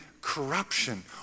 corruption